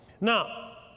Now